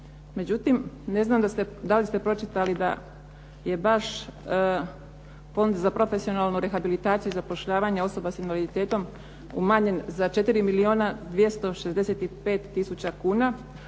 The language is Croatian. međutim ne znam da li ste pročitali da je baš Fond za profesionalnu rehabilitaciju i zapošljavanja osoba s invaliditetom umanjen za 4 milijuna 265 tisuća kuna,